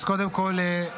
אז קודם כול,